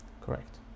Correct